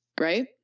Right